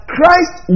Christ